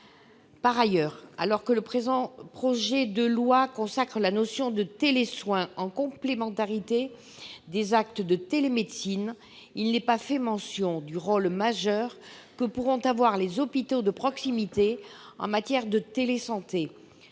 Par ailleurs, alors que le présent projet de loi consacre la notion de télésoins en complémentarité des actes de télémédecine, il n'est pas fait mention du rôle majeur que pourront avoir les hôpitaux de proximité en matière de télésanté.